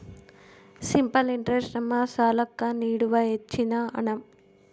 simple interest ನಮ್ಮ ಸಾಲ್ಲಾಕ್ಕ ನೀಡುವ ಹೆಚ್ಚಿನ ಹಣ್ಣ